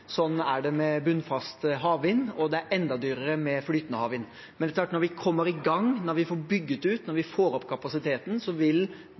sånn er det med bunnfast havvind, og det er enda dyrere med flytende havvind. Men når vi kommer i gang, når vi får bygget ut, og når vi får opp kapasiteten, vil